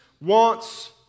wants